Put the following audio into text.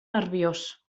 nerviós